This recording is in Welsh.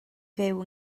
fyw